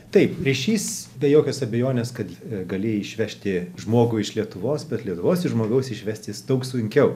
taip ryšys be jokios abejonės kad galėjai išvežti žmogų iš lietuvos bet lietuvos žmogaus išvesti daug sunkiau